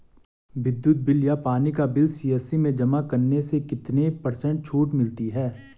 विद्युत बिल या पानी का बिल सी.एस.सी में जमा करने से कितने पर्सेंट छूट मिलती है?